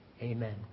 Amen